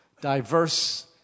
diverse